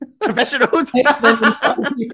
Professionals